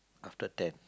after ten